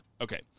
Okay